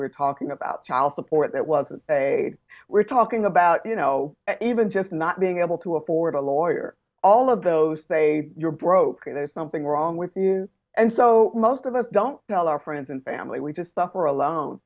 we're talking about child support that wasn't a we're talking about you know even just not being able to afford a lawyer all of those they you're broke and there's something wrong with you and so most of us don't tell our friends and family we just suffer alone